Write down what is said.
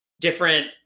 different